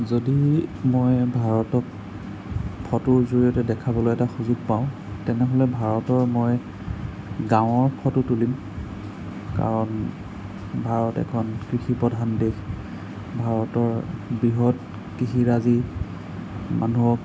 যদি মই ভাৰতক ফ'টোৰ জৰিয়তে দেখাবলৈ এটা সুযোগ পাওঁ তেনেহ'লে ভাৰতৰ মই গাঁৱৰ ফ'টো তুলিম কাৰণ ভাৰত এখন কৃষি প্ৰধান দেশ ভাৰতৰ বৃহৎ কৃষিৰাজি মানুহক